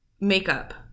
makeup